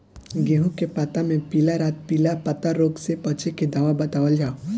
गेहूँ के पता मे पिला रातपिला पतारोग से बचें के दवा बतावल जाव?